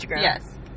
Yes